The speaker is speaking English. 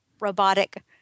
robotic